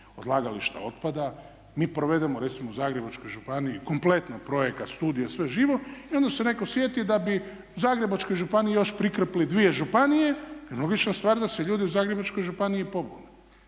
odlagališta otpada. Mi provedemo recimo u Zagrebačkoj županiji kompletno projekat, studije, sve živo i onda se netko sjeti da bi Zagrebačkoj županiji još prikrpili dvije županije. I logična stvar da se ljudi u Zagrebačkoj županiji pobune.